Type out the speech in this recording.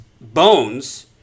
bones